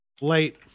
late